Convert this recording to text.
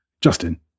Justin